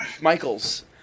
Michaels